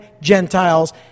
Gentiles